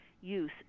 use